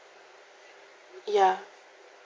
ya